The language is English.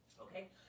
okay